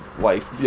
wife